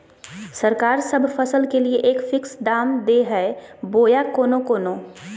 सरकार सब फसल के लिए एक फिक्स दाम दे है बोया कोनो कोनो?